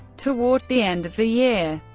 toward the end of the year,